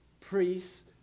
priests